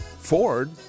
Ford